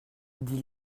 dis